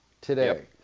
today